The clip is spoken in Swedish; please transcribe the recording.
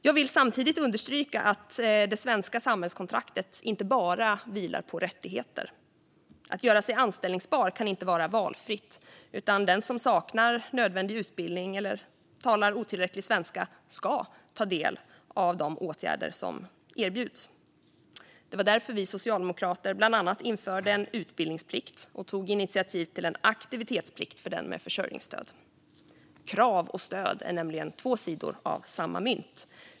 Jag vill samtidigt understryka att det svenska samhällskontraktet inte bara vilar på rättigheter. Att göra sig anställbar kan inte vara valfritt, utan den som saknar nödvändig utbildning eller talar otillräcklig svenska ska ta del av de åtgärder som erbjuds. Det var därför vi socialdemokrater bland annat införde utbildningsplikt och tog initiativ till en aktivitetsplikt för den med försörjningsstöd. Krav och stöd är nämligen två sidor av samma mynt.